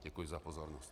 Děkuji za pozornost.